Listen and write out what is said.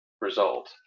result